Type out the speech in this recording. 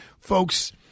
Folks